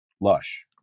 lush